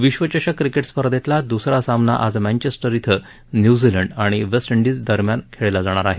विश्वचषक क्रिकेट स्पर्धेतला द्सरा सामना आज मँचेस्टर इथं न्यूझीलंड आणि वेस्टइंडिज दरम्यान खेळला जाणार आहे